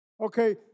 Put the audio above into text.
Okay